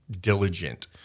diligent